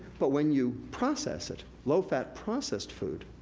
but when you process it, low fat processed food,